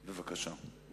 בבקשה.